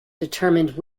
determined